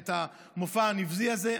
על המופע הנבזי הזה?